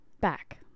back